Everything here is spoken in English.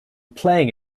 playing